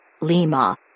Lima